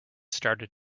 started